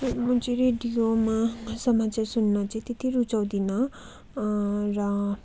म चाहिँ रेडियोमा समाचार सुन्न चाहिँ त्यति रुचाउँदिनँ र